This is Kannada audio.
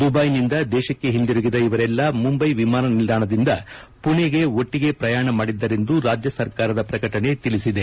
ದುವೈನಿಂದ ದೇಶಕ್ಷೆ ಹಿಂದುರಿಗಿದ ಇವರೆಲ್ಲಾ ಮುಂಬೈ ವಿಮಾನ ನಿಲ್ದಾಣದಿಂದ ಪುಣೆಗೆ ಒಟ್ಟಗೆ ಪ್ರಯಾಣ ಮಾಡಿದ್ದರೆಂದು ರಾಜ್ಯ ಸರ್ಕಾರದ ಪ್ರಕಟಣೆ ತಿಳಿಸಿದೆ